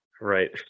Right